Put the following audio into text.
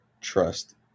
trust